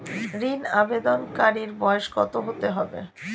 ঋন আবেদনকারী বয়স কত হতে হবে?